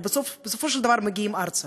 אבל בסופו של דבר מגיעים ארצה,